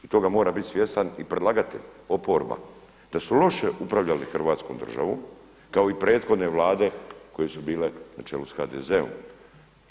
I toga mora bit svjestan i predlagatelj, oporba da su loše upravljali Hrvatskom državom kao i prethodne Vlade koje su bile na čelu sa HDZ-om.